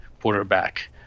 quarterback